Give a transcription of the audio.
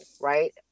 Right